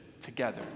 together